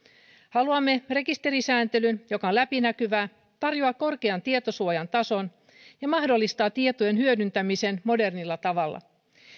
haluamme rekisterisääntelyn joka on läpinäkyvää tarjoaa korkean tietosuojan tason ja mahdollistaa tietojen hyödyntämisen modernilla tavalla